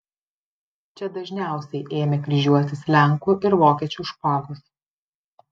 čia dažniausiai ėmė kryžiuotis lenkų ir vokiečių špagos